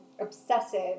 obsessive